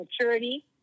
maturity